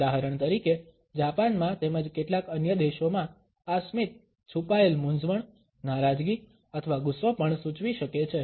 ઉદાહરણ તરીકે જાપાનમાં તેમજ કેટલાક અન્ય દેશોમાં આ સ્મિત છુપાયેલ મૂંઝવણ નારાજગી અથવા ગુસ્સો પણ સૂચવી શકે છે